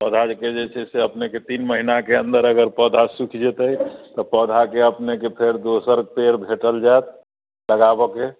पौधाके जे छै से अपनेकेँ तीन महिनाके अन्दर अगर पौधा सुखि जेतै तऽ पौधाके अपनेके फेर दोसर पेड़ भेटल जाएत लगाबऽके